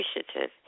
appreciative